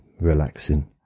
relaxing